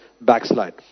backslide